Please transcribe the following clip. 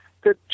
good